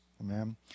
Amen